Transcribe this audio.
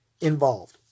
involved